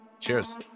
Cheers